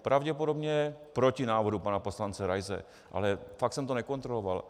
Pravděpodobně proti návrhu pana poslance Raise, ale fakt jsem to nekontroloval.